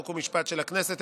חוק ומשפט של הכנסת,